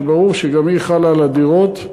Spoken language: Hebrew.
שברור שגם היא חלה על הדירות.